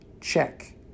Check